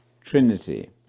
Trinity